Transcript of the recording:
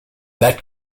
that